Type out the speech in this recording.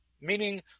meaning